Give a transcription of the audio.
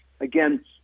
again